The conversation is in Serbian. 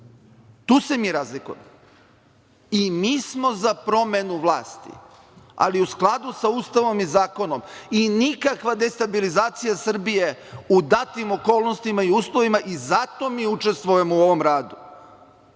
Tu se mi razlikujemo.I mi smo za promenu vlasti, ali u skladu sa Ustavom i zakonom i nikakva destabilizacija Srbije u datim okolnostima i uslovima i zato mi učestvujemo u ovom radu.